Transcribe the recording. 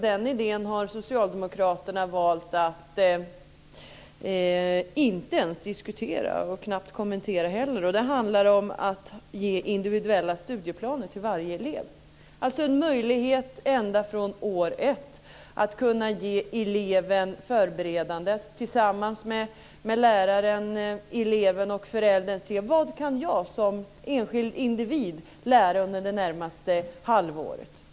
Den idén har socialdemokraterna valt att inte ens diskutera och knappt kommentera heller. Det handlar om att ge individuella studieplaner till varje elev. Det innebär en möjlighet ända från årskurs ett att eleven, läraren och föräldern tillsammans kan se vad eleven som enskild individ kan lära under det närmaste halvåret.